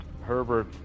Herbert